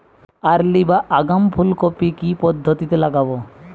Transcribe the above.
Early বা আগাম ফুল কপি কি পদ্ধতিতে লাগাবো?